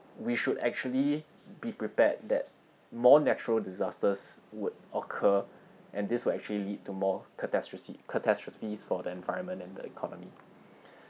we should actually be prepared that more natural disasters would occur and this will actually lead to more catastrophes for the environment and the economy